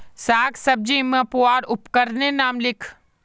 साग सब्जी मपवार उपकरनेर नाम लिख?